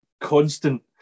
constant